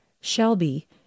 Shelby